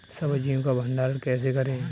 सब्जियों का भंडारण कैसे करें?